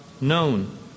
known